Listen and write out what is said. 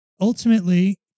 ultimately